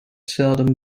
seldom